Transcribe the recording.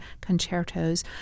concertos